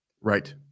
Right